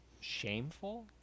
Shameful